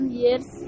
years